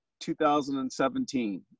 2017